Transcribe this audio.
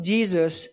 Jesus